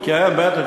כן, בטח.